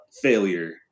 failure